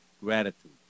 gratitude